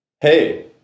Hey